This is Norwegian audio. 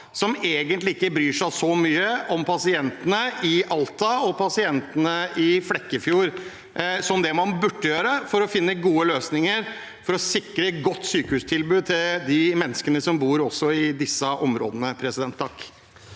som ikke bryr seg så mye om pasientene i Alta og pasientene i Flekkefjord som man burde gjøre for å finne gode løsninger og sikre et godt sykehustilbud til de menneskene som bor i disse områdene.